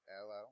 Hello